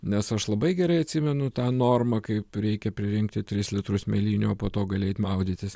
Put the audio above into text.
nes aš labai gerai atsimenu tą normą kaip reikia pririnkti tris litrus mėlynių o po to gali eit maudytis